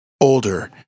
older